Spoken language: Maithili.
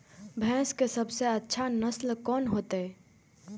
भैंस के सबसे अच्छा नस्ल कोन होते?